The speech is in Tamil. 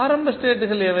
ஆரம்ப ஸ்டேட்கள் எவை